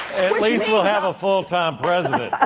least we'll have a full-time president.